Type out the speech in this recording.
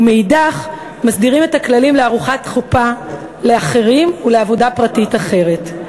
ומאידך הם מסדירים את הכללים לעריכת חופה לאחרים ולעבודה פרטית אחרת.